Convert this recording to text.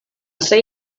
say